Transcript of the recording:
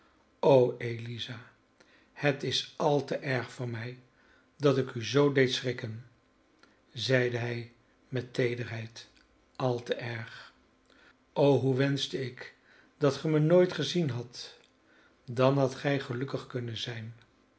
o eliza het is al te erg van mij dat ik u zoo deed schrikken zeide hij met teederheid al te erg o hoe wenschte ik dat ge mij nooit gezien hadt dan hadt gij gelukkig kunnen zijn